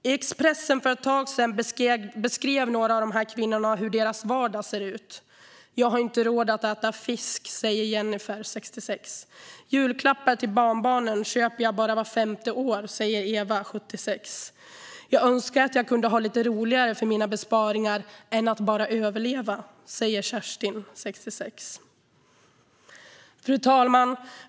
I Expressen för ett tag sedan beskrev några av dessa kvinnor hur deras vardag ser ut. Jag har inte råd att äta fisk, säger Jeniffer, 66. Julklappar till barnbarnen köper jag bara vart femte år, säger Eva, 76. Jag önskar att jag kunde ha lite roligare för mina besparingar än att bara överleva, säger Kerstin, 66. Fru talman!